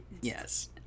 Yes